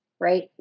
Right